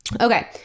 Okay